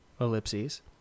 ellipses